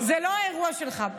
זה לא אירוע שלך.